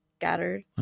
scattered